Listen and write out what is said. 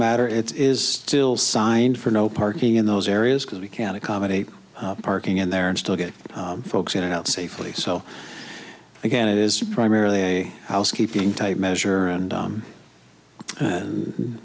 matter it is still signed for no parking in those areas because we can accommodate parking in there and still get folks in and out safely so again it is a primarily i housekeeping type measure and